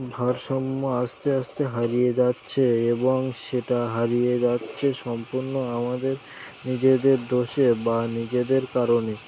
ভারসাম্য আস্তে আস্তে হারিয়ে যাচ্ছে এবং সেটা হারিয়ে যাচ্ছে সম্পূর্ণ আমাদের নিজেদের দোষে বা নিজেদের কারণে